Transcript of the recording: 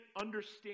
understand